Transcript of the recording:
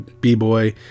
B-boy